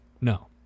no